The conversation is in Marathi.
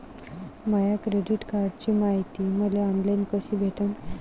माया क्रेडिट कार्डची मायती मले ऑनलाईन कसी भेटन?